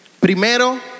Primero